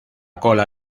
cola